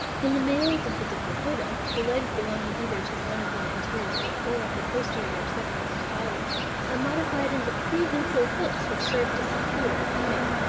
in the males of the diplopoda, the legs belonging either to one of the anterior or of the posterior segments of the body are modified into prehensile hooks which serve to secure the female.